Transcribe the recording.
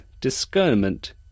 discernment